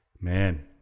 Man